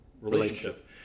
relationship